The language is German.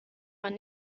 man